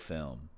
Film